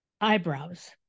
eyebrows